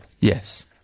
Yes